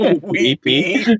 Weepy